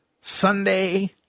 Sunday